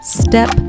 step